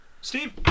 Steve